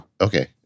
Okay